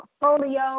portfolio